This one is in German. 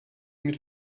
mit